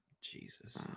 Jesus